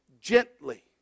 Gently